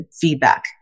feedback